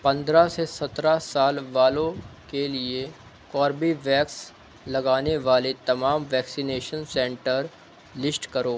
پندرہ سے سترہ سال والوں کے لیے کوربیویکس لگانے والے تمام ویکسینیشن سنٹر لسٹ کرو